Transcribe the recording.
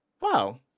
wow